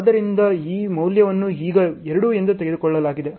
ಆದ್ದರಿಂದ ಈ ಮೌಲ್ಯವನ್ನು ಈಗ 2 ಎಂದು ತೆಗೆದುಕೊಳ್ಳಲಾಗಿದೆ